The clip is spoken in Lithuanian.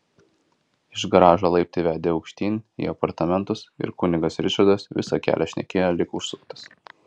iš garažo laiptai vedė aukštyn į apartamentus ir kunigas ričardas visą kelią šnekėjo lyg užsuktas